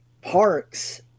parks